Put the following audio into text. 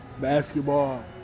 basketball